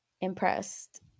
impressed